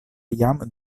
jam